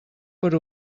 per